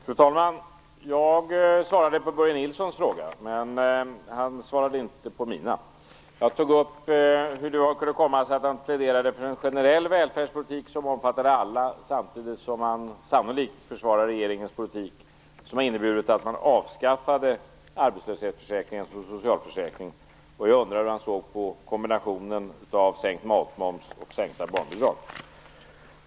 Fru talman! Jag svarade på Börje Nilssons fråga, men han svarade inte på mina frågor. Jag frågade hur det kan komma sig att han pläderar för en generell välfärdspolitik som omfattar alla, samtidigt som han sannolikt försvarar regeringens politik som har inneburit att man avskaffade arbetslöshetsförsäkringen som socialförsäkring. Jag undrade hur han såg på kombinationen av sänkt matmoms och sänkta barnbidrag.